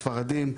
ספרדים,